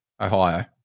Ohio